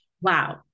Wow